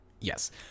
Yes